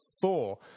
four